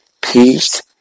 Peace